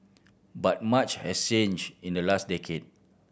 but much has changed in the last decade